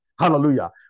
Hallelujah